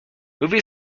movie